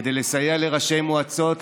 כדי לסייע לראשי המועצות,